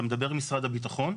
אתה מדבר עם משרד הביטחון,